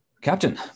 Captain